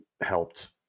helped